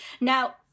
Now